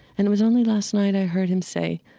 and it was only last night i heard him say,